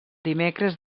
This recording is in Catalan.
dimecres